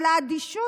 אבל האדישות,